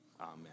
amen